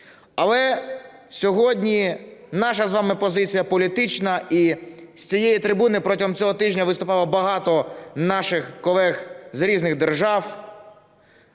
Але сьогодні наша з вами позиція політична, і з цієї трибуни протягом цього тижня виступало багато наших колег з різних держав,